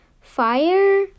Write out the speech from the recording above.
fire